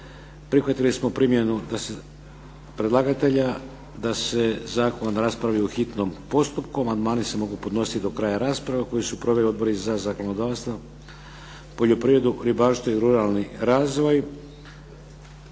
Prihvatili smo prijedlog predlagatelja da se Zakon raspravi u hitnom postupku. Amandmani se mogu podnositi do kraja rasprave koju proveli Odbori za zakonodavstvo, poljoprivredu i ruralni razvoj.